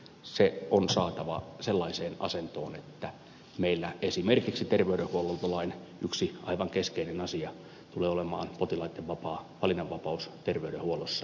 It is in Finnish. se on saatava sellaiseen asentoon että meillä toteutuu esimerkiksi terveydenhuoltolain yksi aivan keskeinen asia joka tulee olemaan potilaitten valinnanvapaus terveydenhuollossa